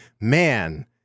man